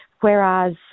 whereas